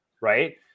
right